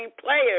Players